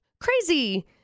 crazy